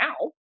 now